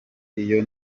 iyo